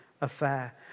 affair